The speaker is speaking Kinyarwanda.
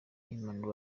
human